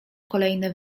kolejne